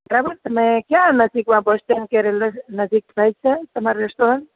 તમે કયા નજીકમાં બસ સ્ટેન્ડ નજીકમાં હોય છે તમાર રેસ્ટોરન્ટ